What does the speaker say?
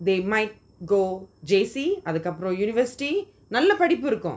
they might go J_C அதுக்கு அப்புறம்:athuku apram university நல்ல படிப்பு இருக்கும்:nalla padipu irukum